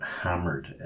Hammered